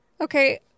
Okay